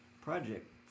project